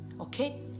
okay